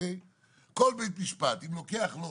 כל בית משפט, אם לוקח לו